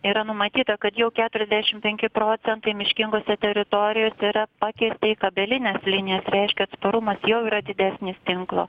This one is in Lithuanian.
yra numatyta kad jau keturiasdešim penki procentai miškingose teritorijose yra pakeisti kabelines linijas reiškia atsparumas jau yra didesnis tinklo